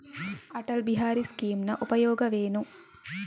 ಅಟಲ್ ಬಿಹಾರಿ ಸ್ಕೀಮಿನ ಉಪಯೋಗವೇನು?